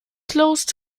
closed